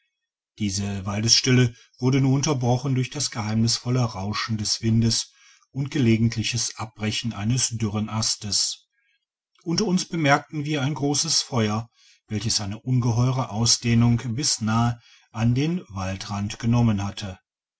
diese waldesstille wurde nur unterbrochen durch das geheimnisvolle rauschen des windes und gelegentliches abbrechen eines dürren astes unter uns bemerkten wir ein grosses feuer welches eine ungeheure ausdehnung bis nahe an den waldrand genommen hatte